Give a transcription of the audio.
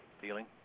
feeling